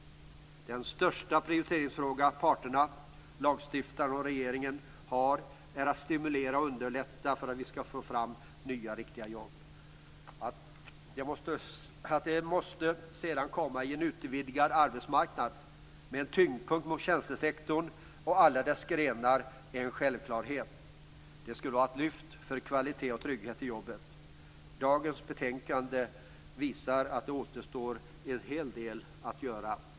Den största prioriteringsfrågan för parterna, lagstiftaren och regeringen är att stimulera och underlätta för att vi skall få fram nya, riktiga jobb. Att de sedan måste komma i en utvidgad arbetsmarknad med tyngdpunkten mot tjänstesektorn och alla dess grenar är en självklarhet. Det skulle vara ett lyft för kvalitet och trygghet i jobbet. Dagens betänkande visar att det återstår en hel del att göra.